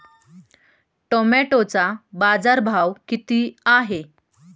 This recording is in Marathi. टोमॅटोचा बाजारभाव किती आहे?